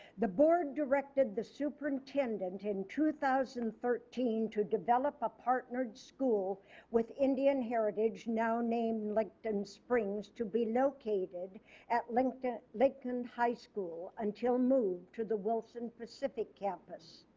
the board directed the superintendent in two thousand and thirteen to develop a partnered school with indian heritage now named licton springs to be located at lincoln lincoln high school until moved to the wilson pacific campus.